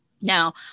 Now